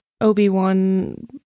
Obi-Wan